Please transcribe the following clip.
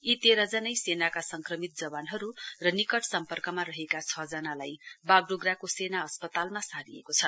यी तेह्र जनै सेनाका संक्रमित जवानहरू र निकट सम्पर्कमा रहेका छ जनालाई वागडोगराको सेना अस्पतालमा सारिएको छ